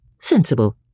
sensible